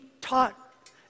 taught